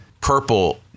purple